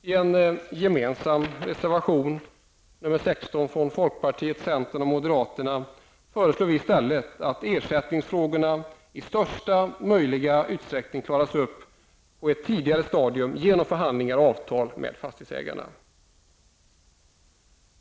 I en gemensam reservation, nr 16, från folkpartiet, centern och moderaterna förslår vi i stället att ersättningsfrågorna i största möjliga utsträckning klaras upp på ett tidigare stadium genom förhandlingar och avtal med fastighetsägarna.